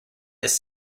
his